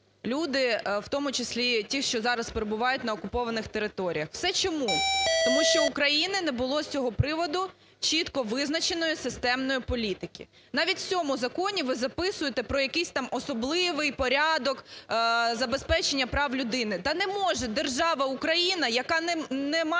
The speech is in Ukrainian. люди, в тому числі ті, що зараз перебувають на окупованих територіях. Все чому? Тому що у України не було з цього приводу чітко визначеної системної політики. Навіть в цьому законі ви записуєте про якийсь там особливий порядок забезпечення прав людини. Та не може держава Україна ,яка не має